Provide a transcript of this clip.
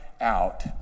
out